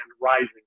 rising